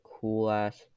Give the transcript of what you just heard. cool-ass